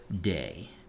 day